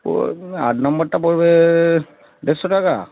ও আট নম্বরটা পড়বে দেড়শো টাকা